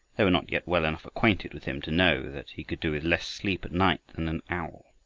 they were not yet well enough acquainted with him to know that he could do with less sleep at night than an owl.